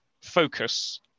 Focus